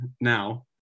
now